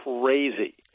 crazy